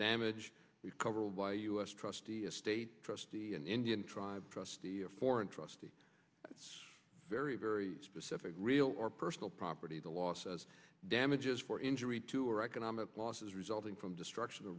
damage we've covered by us trustee a state trustee an indian tribe trustee or foreign trustee it's very very specific real or personal property the law says damages for injury to or economic losses resulting from destruction the